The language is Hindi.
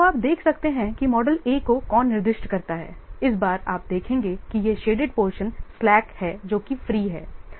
तो आप देख सकते हैं कि मॉडल A को कौन निर्दिष्ट करता है इस बार आप देखेंगे कि यह शेडेड पोर्शन स्लैक है जोकि फ्री है